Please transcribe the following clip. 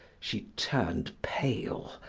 she turned pale,